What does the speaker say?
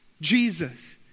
Jesus